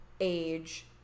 age